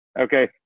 Okay